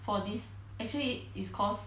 for this actually it's cause